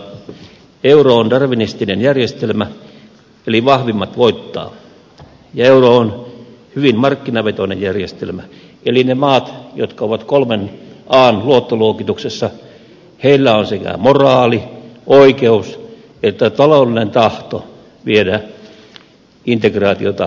euro on darwinistinen järjestelmä eli vahvimmat voittavat ja euro on hyvin markkinavetoinen järjestelmä eli niillä mailla jotka ovat kolmen an luottoluokituksessa on sekä moraali oikeus että taloudellinen tahto viedä integraatiota eteenpäin